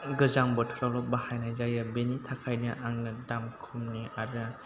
गोजां बोथोरावल' बाहायनाय जायो बेनिथाखायनो आंनो दाम खमनि आरो